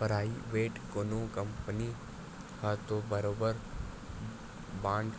private कोनो company ह तो बरोबर बांड